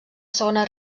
segona